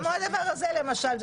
כמו הדבר הזה למשל.